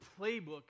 playbook